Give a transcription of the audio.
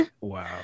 Wow